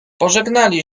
pożegnali